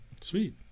Sweet